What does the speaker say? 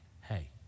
hey